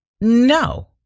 No